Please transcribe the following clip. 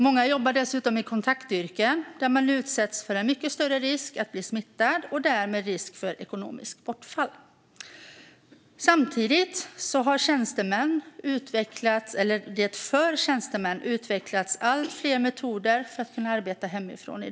Många jobbar dessutom i kontaktyrken där man utsätts för mycket stor risk att bli smittad och därmed risk för ekonomiskt bortfall. Samtidigt har det för tjänstemän utvecklats allt fler metoder att arbeta hemifrån.